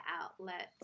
outlets